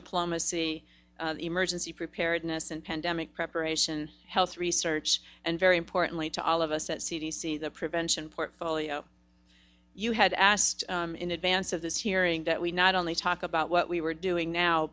diplomacy emergency preparedness and pandemic preparations health research and very importantly to all of us at c d c the prevention portfolio you had asked in advance of this hearing that we not only talk about what we were doing now